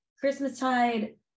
Christmastide